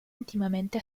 intimamente